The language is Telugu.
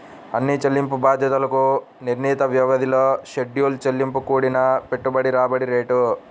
అన్ని చెల్లింపు బాధ్యతలకు నిర్ణీత వ్యవధిలో షెడ్యూల్ చెల్లింపు కూడిన పెట్టుబడి రాబడి రేటు